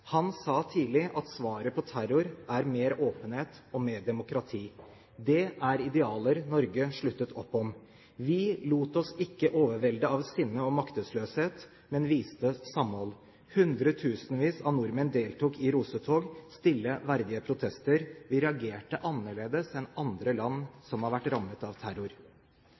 Han sa tidlig at svaret på terror er mer åpenhet og mer demokrati. Det er idealer Norge sluttet opp om. Vi lot oss ikke overvelde av sinne og maktesløshet, men viste samhold. Hundretusenvis av nordmenn deltok i rosetog, i stille, verdige protester. Vi reagerte annerledes enn andre land som har vært rammet av terror.